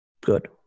Good